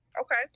Okay